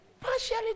partially